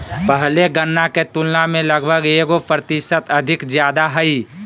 पहले गणना के तुलना में लगभग एगो प्रतिशत अधिक ज्यादा हइ